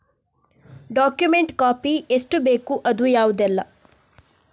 Document copy ಎಷ್ಟು ಬೇಕು ಅದು ಯಾವುದೆಲ್ಲ?